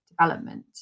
development